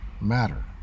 matter